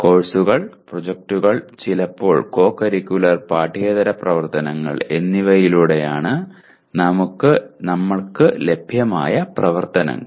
കോഴ്സുകൾ പ്രോജക്ടുകൾ ചിലപ്പോൾ കോ കരിക്കുലർ പാഠ്യേതര പ്രവർത്തനങ്ങൾ എന്നിവയാണ് നമുക്ക് ലഭ്യമായ പ്രവർത്തനങ്ങൾ